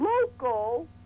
local